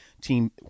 team